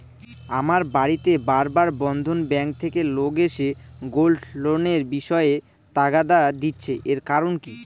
আমার বাড়িতে বার বার বন্ধন ব্যাংক থেকে লোক এসে গোল্ড লোনের বিষয়ে তাগাদা দিচ্ছে এর কারণ কি?